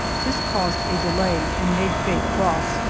this caused a delay and made faye cross,